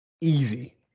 easy